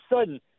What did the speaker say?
sudden